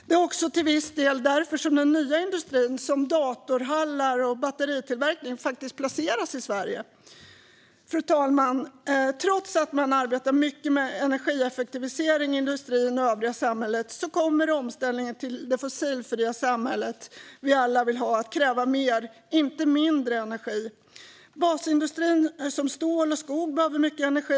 Det är också till viss del därför den nya industrin, som datorhallar och batteritillverkning, faktiskt placeras i Sverige. Fru talman! Trots att man arbetar mycket med energieffektivisering i industrin och det övriga samhället kommer omställningen till det fossilfria samhälle vi alla vill ha att kräva mer, inte mindre, energi. Basindustrin, som stål och skog, behöver mycket energi.